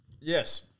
Yes